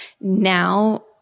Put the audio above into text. Now